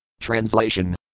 Translation